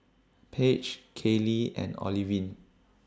Paige Caylee and Olivine